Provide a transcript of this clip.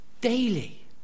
daily